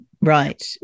Right